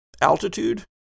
altitude